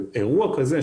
ואירוע כזה,